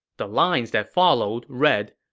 the lines that followed read,